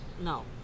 No